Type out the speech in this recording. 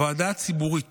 הוועדה הציבורית